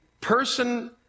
person